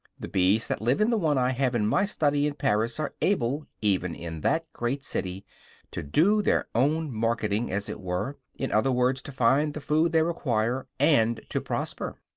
the bees that live in the one i have in my study in paris are able even in that great city to do their own marketing, as it were in other words, to find the food they require and to prosper.